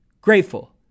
grateful